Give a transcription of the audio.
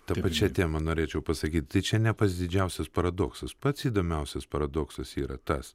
ta pačia tema norėčiau pasakyt tai čia ne pats didžiausias paradoksas pats įdomiausias paradoksas yra tas